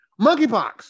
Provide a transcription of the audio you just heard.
Monkeypox